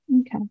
okay